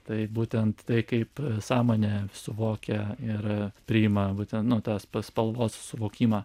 tai būtent tai kaip sąmonė suvokia ir priima būtent nu tas spa spalvos suvokimą